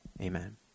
amen